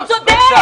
הוא צודק,